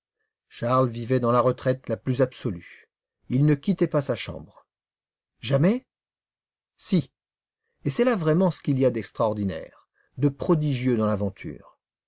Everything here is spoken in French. charles vivait dans la retraite la plus absolue il ne quittait pas sa chambre jamais si et c'est là vraiment ce qu'il y a d'extraordinaire de prodigieux dans l'aventure